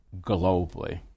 globally